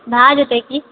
भए जेतै की